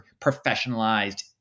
professionalized